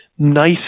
Nice